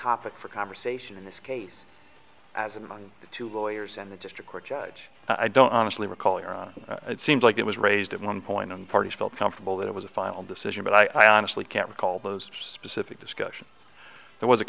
topic for conversation in this case as among the two lawyers and the district court judge i don't honestly recall or it seems like it was raised at one point on parties felt comfortable that it was a final decision but i honestly can't recall those specific discussions there was a